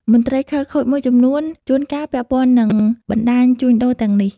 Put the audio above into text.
មន្ត្រីខិលខូចមួយចំនួនជួនកាលពាក់ព័ន្ធនឹងបណ្តាញជួញដូរទាំងនេះ។